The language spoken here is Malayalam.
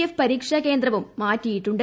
എഫ് പരീക്ഷാകേന്ദ്രവും മാറ്റിയിട്ടുണ്ട്